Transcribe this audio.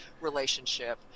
relationship